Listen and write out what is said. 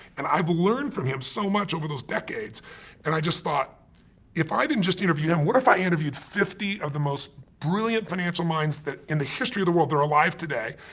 and i've learned from him so much over those decades and i just thought if i didn't just interview him, what if i interviewed fifty of the most brilliant financial minds that, in the history of the world. they're all alive today.